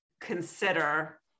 consider